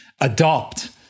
adopt